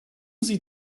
sie